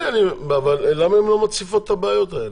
למה הן לא מציפות את הבעיות האלה?